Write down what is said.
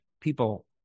people